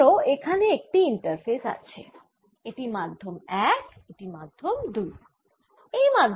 ধরো এখানে একটি ইন্টারফেস আছে এটি মাধ্যম 1 এটি মাধ্যম 2